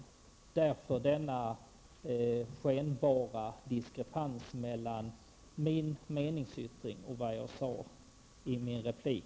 Det är förklaringen till denna skenbara diskrepans mellan min meningsyttring och vad jag sade i min replik.